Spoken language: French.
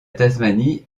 tasmanie